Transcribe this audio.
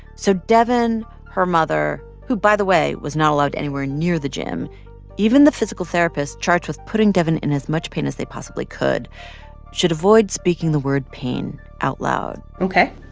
so devyn her mother who, by the way, was not allowed anywhere near the gym even the physical therapist charged with putting devyn in as much pain as they possibly could should avoid speaking the word pain out loud ok?